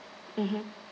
mmhmm